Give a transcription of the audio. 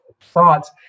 thoughts